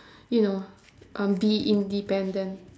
you know um be independent